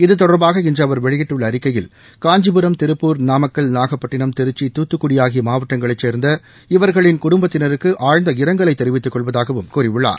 இது தொடர்பாக இன்றுஅவா வெளியிட்டுள்ளஅறிக்கையில் காஞ்சிபுரம் திருப்பூர் நாமக்கல் நாகப்பட்டினம் திருச்சி தூத்துக்குடிஆகியமாவட்டங்களைச் சேர்ந்த இவர்களின் குடும்பத்தினருக்குஆழ்ந்த இரங்கலைதெரிவித்துக் கொள்வதாகவும் கூறியுள்ளார்